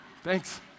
Thanks